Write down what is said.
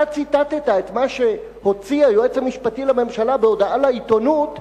אתה ציטטת את מה שהוציא היועץ המשפטי לממשלה בהודעה לעיתונות,